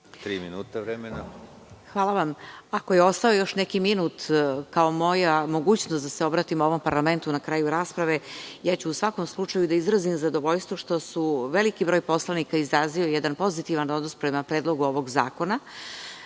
**Mirjana Dragaš** Hvala vam. Ako je ostao još neki minut, kao moja mogućnost da se obratim ovom parlamentu na kraju rasprave, ja ću u svakom slučaju da izrazim zadovoljstvo što je veliki broj poslanika izrazio jedan pozitivan odnos prema Predlogu ovog zakona,